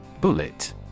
Bullet